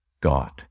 God